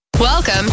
Welcome